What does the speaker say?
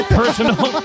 personal